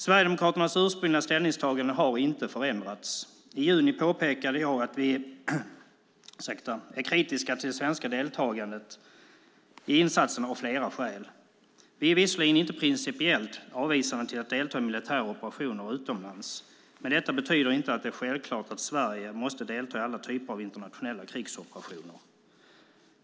Sverigedemokraternas ursprungliga ställningstagande har inte förändrats. I juni påpekade jag att vi är kritiska till det svenska deltagandet i insatsen av flera skäl. Vi är visserligen inte principiellt avvisande till att delta i militära operationer utomlands, men detta betyder inte att det är självklart att Sverige måste delta i alla typer av internationella krigsoperationer.